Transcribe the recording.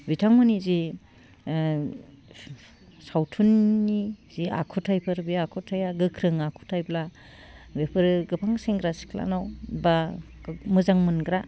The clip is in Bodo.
बिथांमोननि जे सावथुननि जे आखुथाइफोर बे आखुथाया गोख्रों आखुथायब्ला बेफोरो गोबां सेंग्रा सिख्लानाव बा मोजां मोनग्रा